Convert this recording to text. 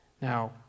Now